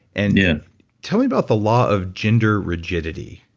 and yeah tell me about the law of gender rigidity.